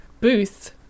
booth